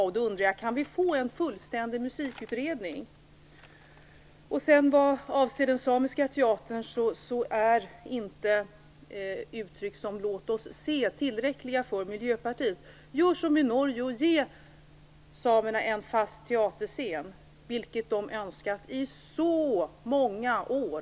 Därför undrar jag: Kan vi få en fullständig musikutredning? Vad avser den samiska teatern är det inte tillräckligt för Miljöpartiet med uttryck som Låt oss se. Gör som i Norge och ge samerna en fast teaterscen! Det har de önskat sig i så många år.